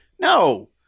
No